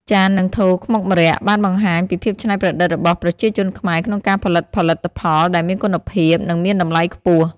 ចាន និងថូខ្មុកម្រ័ក្សណ៍បានបង្ហាញពីភាពច្នៃប្រឌិតរបស់ប្រជាជនខ្មែរក្នុងការផលិតផលិតផលដែលមានគុណភាព និងមានតម្លៃខ្ពស់។